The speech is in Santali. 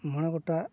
ᱢᱚᱬᱮ ᱜᱚᱴᱟᱱ